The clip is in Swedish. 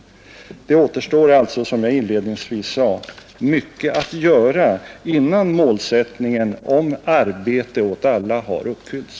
Det återstår alltså, som jag inledningsvis sade, mycket att göra innan målsättningen om arbete åt alla har uppfyllts.